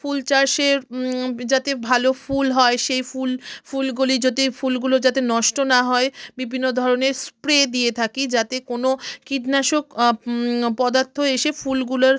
ফুল চাষে যাতে ভালো ফুল হয় সেই ফুল ফুলগুলি যদি ফুলগুলো যাতে নষ্ট না হয় বিভিন্ন ধরনের স্প্রে দিয়ে থাকি যাতে কোনো কীটনাশক পদার্থ এসে ফুলগুলোর